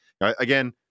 again